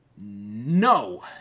No